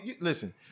Listen